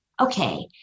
okay